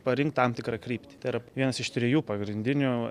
parinkt tam tikrą kryptį tai yra vienas iš trijų pagrindinių